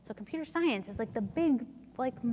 but computer science is like the big like,